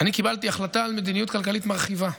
אני קיבלתי החלטה על מדיניות כלכלית מרחיבה,